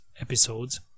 episodes